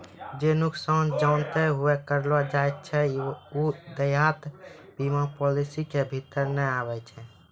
जे नुकसान जानते हुये करलो जाय छै उ देयता बीमा पालिसी के भीतर नै आबै छै